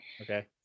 Okay